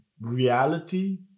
reality